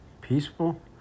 Peaceful